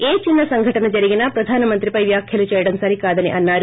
ఏ చిన్న సంఘటన జరిగిన ప్రధానమంత్రిపై వ్యాఖ్యలు చేయడం సరికాదని అన్నారు